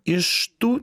iš tų